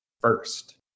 first